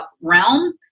realm